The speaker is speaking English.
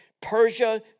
Persia